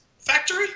factory